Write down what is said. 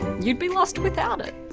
you'd be lost without it.